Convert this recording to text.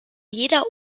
jeder